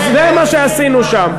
זה מה שעשינו שם.